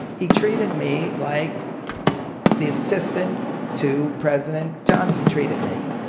he treated me like the assistant to president johnson treated me.